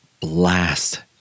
blast